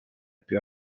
più